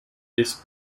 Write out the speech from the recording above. this